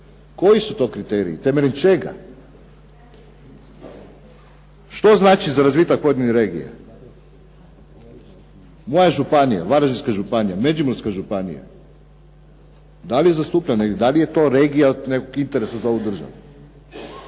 Koji su to kriteriji, temeljem čega? Što znači za razvitak pojedinih regija? Moja županija, Varaždinska županija, Međimurska županija, da li je zastupljena negdje, da li je to regija od nekog interesa za ovu državu?